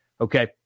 okay